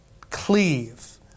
Cleave